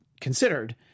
considered